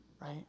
right